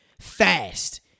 fast